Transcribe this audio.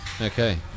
Okay